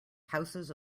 houses